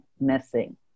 missing